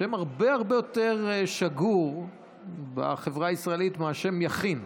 שם הרבה הרבה יותר שגור בחברה הישראלית מהשם יכין.